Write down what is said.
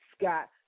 Scott